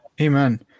Amen